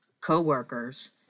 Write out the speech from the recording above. co-workers